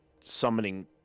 Summoning